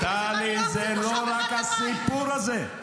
אבל אתה חבר איתי בחוץ וביטחון.